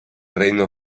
reino